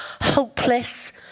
hopeless